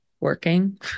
working